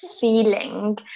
feeling